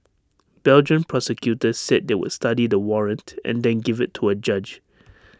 Belgian prosecutors said they would study the warrant and then give IT to A judge